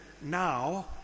now